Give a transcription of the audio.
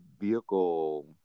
vehicle